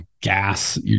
gas